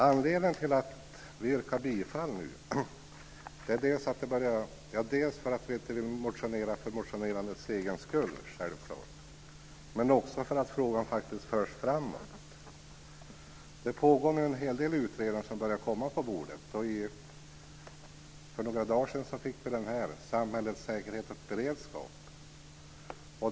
Anledningen till att vi yrkar bifall är dels att vi inte vill motionera för motionerandets egen skull, dels att frågan faktiskt förs framåt. Det pågår en del utredningar som nu börjar läggas fram på bordet. För några dagar sedan fick vi utredningen Samhället, säkerhet och beredskap.